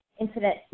incident